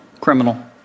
Criminal